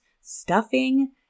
stuffing